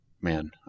Man